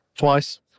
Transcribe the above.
Twice